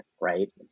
right